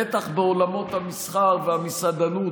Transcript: בטח בעולמות המסחר והמסעדנות,